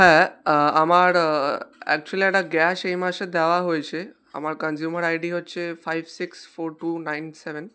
হ্যাঁ আমার অ্যাকচুয়ালি একটা গ্যাস এই মাসে দেওয়া হয়েছে আমার কনজিউমার আই ডি হচ্ছে five six four two nine seven